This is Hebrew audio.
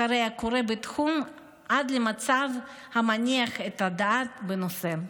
אחרי הקורה בתחום עד למצב שמניח את הדעת בנושא.